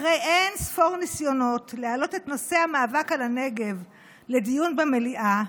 אחרי אין-ספור ניסיונות להעלות את נושא המאבק על הנגב לדיון במליאה,